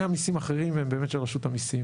המיסים האחרים והם באמת של רשות המיסים,